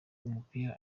umupira